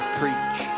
preach